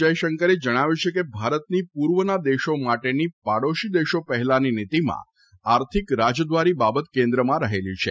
જયશંકરે જણાવ્યું છે કે ભારતની પૂર્વના દેશો માટેની પાડોશી દેશો પહેલાની નીતિમાં આર્થિક રાજદ્વારી બાબત કેન્દ્રમાં રહેલી છે